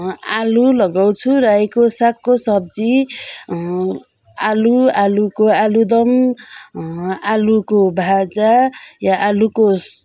आलु लगाउँछु रायोको सागको सब्जी आलु आलुको आलुदम आलुको भाजा या आलुको